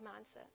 mindset